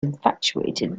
infatuated